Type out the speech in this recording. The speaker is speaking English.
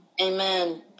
Amen